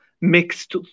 mixed